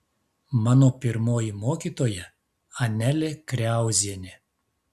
mano pirmoji mokytoja anelė kriauzienė